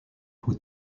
who